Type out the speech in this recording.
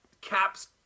Cap's